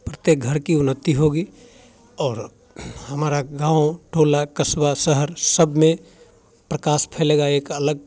प्रत्येक घर की उन्नति होगी और हमारा गाँव ठोला कस्बा शहर सबमें प्रकाश फैलेगा एक अलग